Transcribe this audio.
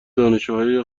دانشجوهای